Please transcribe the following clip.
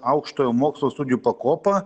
aukštojo mokslo studijų pakopa